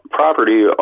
property